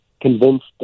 convinced